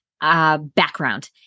background